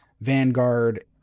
Vanguard